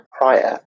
prior